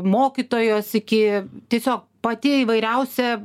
mokytojos iki tiesiog pati įvairiausia